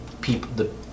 people